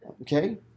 Okay